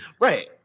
right